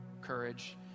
courage